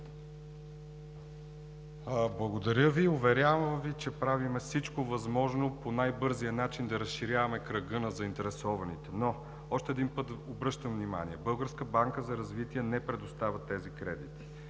Благодаря Ви. Уверявам Ви, че правим всичко възможно по най-бързия начин да разширяваме кръга на заинтересованите. Но още един път обръщам внимание – Българската банка за развитие не предоставя тези кредити.